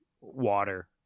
water